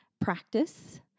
practice